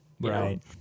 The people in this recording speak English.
Right